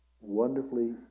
wonderfully